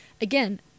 again